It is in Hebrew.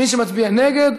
מי שמצביע נגד,